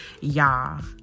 Y'all